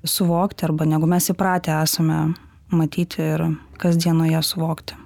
suvokti arba negu mes įpratę esame matyti ir kasdienoje suvokti